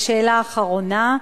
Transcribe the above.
שאלה אחרונה,